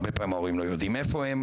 הרבה פעמים ההורים לא יודעים איפה הם,